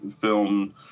film